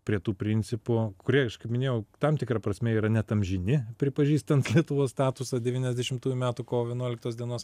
prie tų principų kurie aš kaip minėjau tam tikra prasme yra net amžini pripažįstant lietuvos statusą devyniasdešimtųjų metų kovo vienuolikto dienos